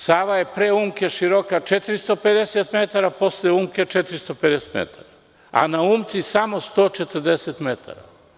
Sava je pre Umke široka 450 metara, posle Umke 450 metara, a na Umci samo 140 metara.